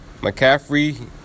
McCaffrey